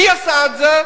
מי עשה את זה?